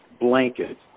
blanket